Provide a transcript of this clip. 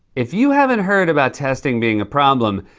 if you haven't heard about testing being a problem,